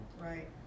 Right